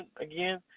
again